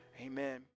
amen